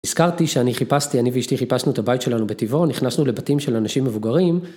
נזכרתי שאני חיפשתי, אני ואשתי חיפשנו את הבית שלנו בטבעו, נכנסנו לבתים של אנשים מבוגרים.